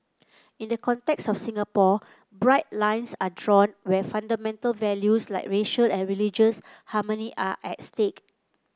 in the context of Singapore bright lines are drawn where fundamental values like racial and religious harmony are at stake